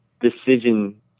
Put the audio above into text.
decision